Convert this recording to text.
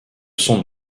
son